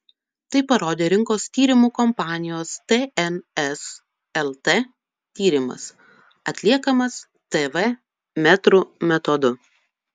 tai parodė rinkos tyrimų kompanijos tns lt tyrimas atliekamas tv metrų metodu